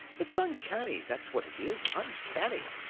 it's uncanny, that's what it is, uncanny.